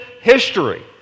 history